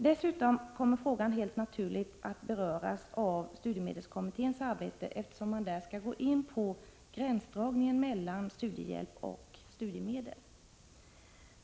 Dessutom kommer frågan helt naturligt att beröras av studiemedelskommitténs arbete, eftersom man där skall gå in på frågan om gränsdragningen vad gäller studiehjälp och studiemedel.